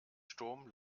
sturm